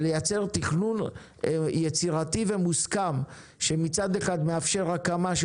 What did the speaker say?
ולייצר תכנון יצירתי ומוסכם שמצד אחד מאפשר הקמה של